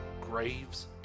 Graves